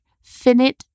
finite